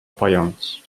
pojąć